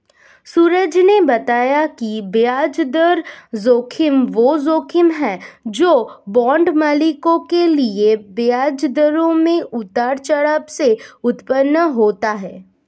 सूरज ने बताया कि ब्याज दर जोखिम वह जोखिम है जो बांड मालिकों के लिए ब्याज दरों में उतार चढ़ाव से उत्पन्न होता है